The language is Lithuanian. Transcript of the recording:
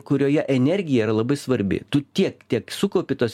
kurioje energija yra labai svarbi tu tiek tiek sukaupi tos